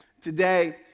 today